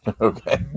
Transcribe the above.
Okay